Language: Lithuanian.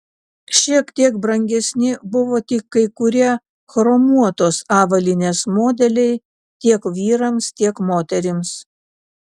šiek tiek brangesni buvo tik kai kurie chromuotos avalynės modeliai tiek vyrams tiek moterims